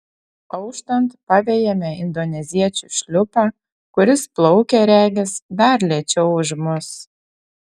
auštant pavejame indoneziečių šliupą kuris plaukia regis dar lėčiau už mus